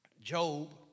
Job